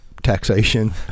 taxation